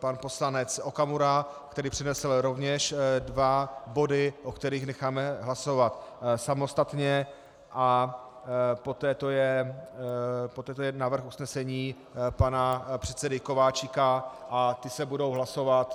pan poslanec Okamura, který přednesl rovněž dva body, o kterých necháme hlasovat samostatně, a poté to je návrh usnesení pana předsedy Kováčika a ty se budou hlasovat?